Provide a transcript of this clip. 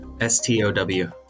S-T-O-W